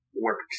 works